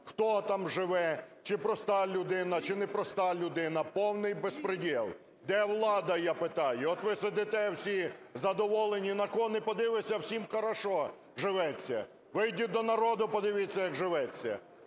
хто там живе, чи проста людина, чи не проста людина. Повний беспрєдєл! Де влада, я питаю?! От, ви сидите всі задоволені, на кого не подивишся – всім хорошо живеться. Вийдіть до народу, подивіться, як живеться!